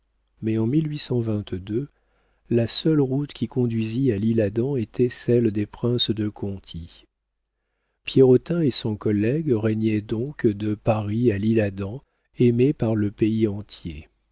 mais en la seule route qui conduisît à l'isle-adam était celle des princes de conti pierrotin et son collègue régnaient donc de paris à l'isle-adam aimés par le pays entier